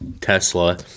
Tesla